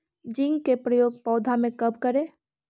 Zinc के प्रयोग पौधा मे कब करे?